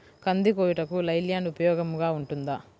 కంది కోయుటకు Leyland ఉపయోగముగా ఉంటుందా?